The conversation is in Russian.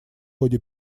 ходе